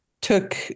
took